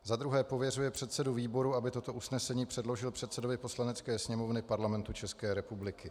II. pověřuje předsedu výboru, aby toto usnesení předložil předsedovi Poslanecké sněmovny Parlamentu České republiky;